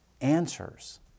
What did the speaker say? answers